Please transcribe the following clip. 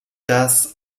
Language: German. das